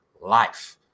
life